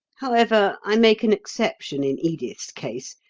however, i make an exception in edith's case,